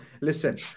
Listen